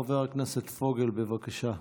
חבר הכנסת פוגל, בבקשה.